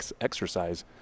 exercise